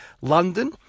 London